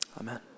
Amen